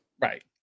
Right